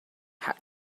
had